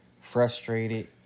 frustrated